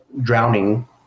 drowning